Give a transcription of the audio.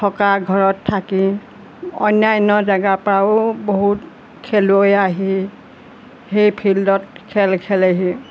থকা ঘৰত থাকি অন্যান্য জেগাৰ পৰাও বহুত খেলুৱৈ আহি সেই ফিল্ডত খেল খেলেহি